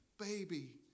baby